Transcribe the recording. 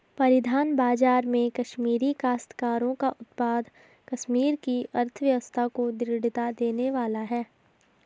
परिधान बाजार में कश्मीरी काश्तकारों का उत्पाद कश्मीर की अर्थव्यवस्था को दृढ़ता देने वाला है